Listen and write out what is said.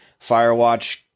Firewatch